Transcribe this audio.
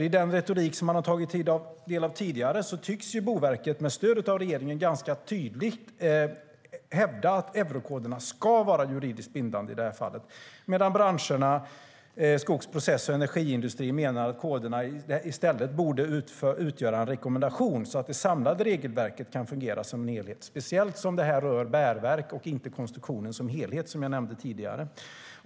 I den retorik som man har tagit del av tidigare tycks Boverket nämligen med stöd av regeringen ganska tydligt hävda att eurokoderna ska vara juridiskt bindande i det här fallet, medan branscherna, skogs, process och energiindustrin, menar att koderna i stället borde utgöra en rekommendation så att det samlade regelverket kan fungera som en helhet, speciellt som det här rör bärverk och inte konstruktionen som helhet, som jag nämnde tidigare.